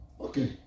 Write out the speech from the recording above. Okay